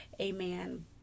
amen